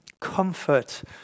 Comfort